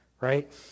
Right